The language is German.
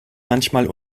manchmal